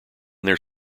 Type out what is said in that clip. their